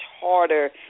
harder